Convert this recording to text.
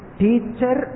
teacher